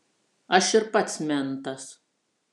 aš ir pats mentas